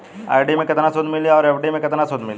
RD मे केतना सूद मिली आउर एफ.डी मे केतना सूद मिली?